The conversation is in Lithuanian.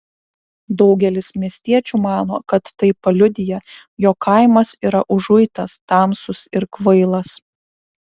daugelis miestiečių mano kad tai paliudija jog kaimas yra užuitas tamsus ir kvailas